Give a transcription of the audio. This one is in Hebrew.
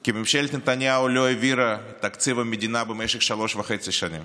כי ממשלת נתניהו לא העבירה את תקציב המדינה במשך שלוש שנים